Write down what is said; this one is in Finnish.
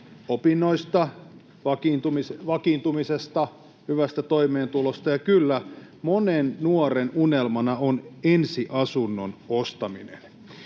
opinnoista, vakiintumisesta, hyvästä toimeentulosta, ja kyllä, monen nuoren unelmana on ensiasunnon ostaminen.